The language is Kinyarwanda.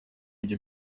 ibyo